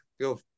go